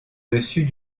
dessus